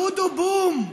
טודו בום.